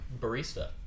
barista